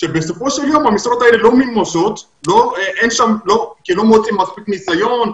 שבסופו של יום המשרות האלה לא ממומשות כי לא מוצאים מספיק ניסיון,